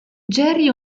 jerry